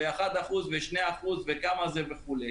ו-1% ו-2% וכמה זה וכו',